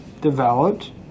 developed